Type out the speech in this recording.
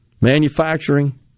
manufacturing